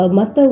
Mata